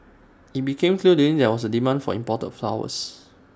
IT became clear to him that there was A demand for imported flowers